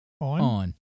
on